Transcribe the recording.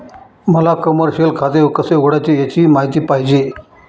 मला कमर्शिअल खाते कसे उघडायचे याची माहिती पाहिजे